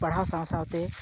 ᱯᱟᱲᱦᱟᱣ ᱥᱟᱶ ᱥᱟᱶᱛᱮ